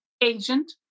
agent